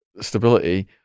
stability